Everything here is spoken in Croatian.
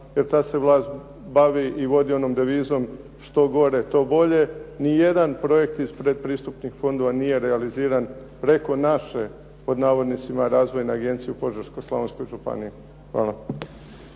jer ta se vlast bavi i vodi onom devizom što gore to bolje. Nijedan projekt iz predpristupnih fondova nije realiziran preko naše Razvojne agencije u Požeško-slavonskoj županiji. Hvala.